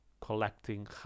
collecting